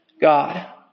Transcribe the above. God